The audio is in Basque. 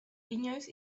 inoiz